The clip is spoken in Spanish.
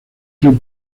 club